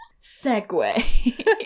segue